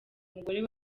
umugore